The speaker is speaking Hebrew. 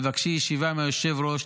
תבקשי ישיבה עם היושב-ראש,